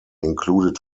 included